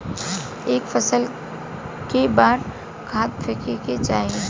एक फसल में क बार खाद फेके के चाही?